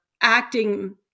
acting